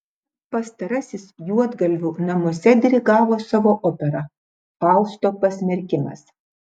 pastarasis juodgalvių namuose dirigavo savo operą fausto pasmerkimas